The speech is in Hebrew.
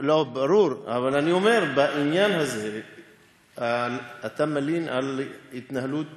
בעניין הזה אתה מלין על התנהלות